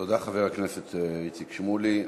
תודה, חבר הכנסת איציק שמולי.